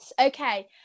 okay